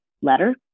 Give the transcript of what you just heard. letter